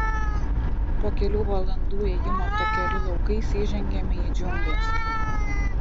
po kelių valandų ėjimo takeliu laukais įžengiame į džiungles